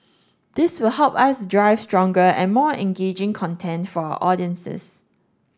this will help us drive stronger and more engaging content for our audiences